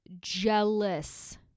jealous